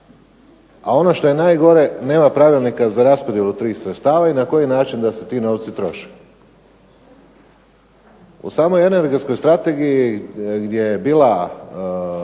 A ono što je najgore, nema pravilnika za raspodjelu tih sredstava i na koji način da se ti novci troše. U samoj Energetskoj strategiji gdje je bilo